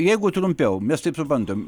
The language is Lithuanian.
jeigu trumpiau mes taip ir bandom